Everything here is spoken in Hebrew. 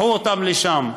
קחו אותם לשם.